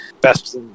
best